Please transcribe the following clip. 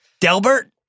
Delbert